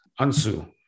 Ansu